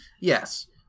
Yes